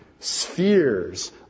Spheres